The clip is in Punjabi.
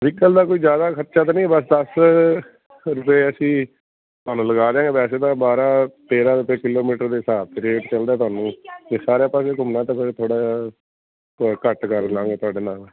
ਵੀਕਲ ਦਾ ਕੋਈ ਜਿਆਦਾ ਖਰਚਾ ਤਾਂ ਨਹੀਂ ਬਸ ਦਸ ਰੁਪਏ ਅਸੀਂ ਮਤਲਵ ਲਗਾ ਦਿਆਂਗੇ ਵੈਸੇ ਅਸੀਂ ਬਾਰਾਂ ਤੇਰਾਂ ਰੁਪਏ ਕਿਲੋਮੀਟਰ ਦੇ ਹਿਸਾਬ ਤੇ ਰੇਟ ਚਲਦਾ ਤੁਹਾਨੂੰ ਜੇ ਸਾਰੇ ਪਾਸੇ ਘੁੰਮਣਾ ਤਾ ਫਿਰ ਥੋੜਾ ਘੱਟ ਕਰ ਲਾਂਗੇ ਤੁਹਾਡੇ ਨਾਲ